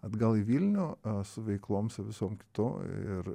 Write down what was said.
atgal į vilnių su veiklom su visom to ir